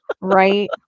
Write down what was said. right